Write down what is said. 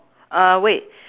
uh wait